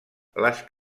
les